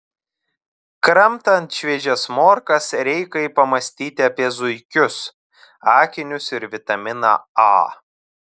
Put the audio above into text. kramtant šviežias morkas reikai pamąstyti apie zuikius akinius ir vitaminą a